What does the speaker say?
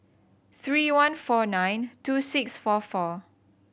three one four nine two six four four